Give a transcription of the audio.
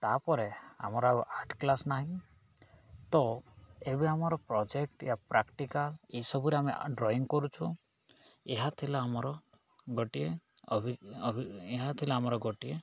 ତାପରେ ଆମର ଆଉ ଆର୍ଟ କ୍ଲାସ୍ ନାହିଁ ତ ଏବେ ଆମର ପ୍ରୋଜେକ୍ଟ ୟା ପ୍ରାକ୍ଟିକାଲ୍ ଏଇସବୁରେ ଆମେ ଡ୍ରଇଂ କରୁଛୁ ଏହା ଥିଲା ଆମର ଗୋଟିଏ ଏହା ଥିଲା ଆମର ଗୋଟିଏ